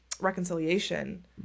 reconciliation